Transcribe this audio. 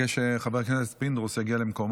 ומשפט בדבר פיצול הצעת חוק לתיקון